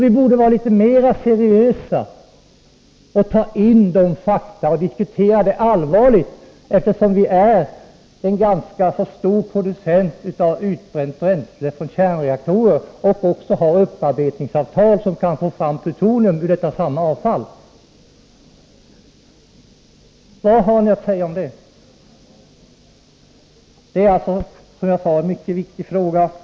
Vi borde vara litet mera seriösa, inhämta fakta och diskutera detta allvarligt, eftersom Sverige är en ganska stor producent av utbränt bränsle för kärnreaktorer och även har upparbetningsavtal som kan leda till att man får fram plutonium ur detta avfall. Vad har ni att säga om det? Detta är, som jag sade, en mycket viktig fråga.